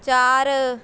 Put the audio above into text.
ਚਾਰ